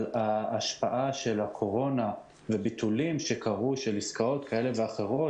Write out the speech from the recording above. ההשפעה של הקורונה וביטולים שקרו של עסקאות כאלה ואחרות,